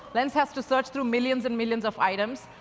lens has to search through millions and millions of items,